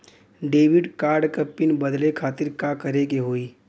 Debit card क PIN बदले खातिर का करेके होई?